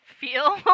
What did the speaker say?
feel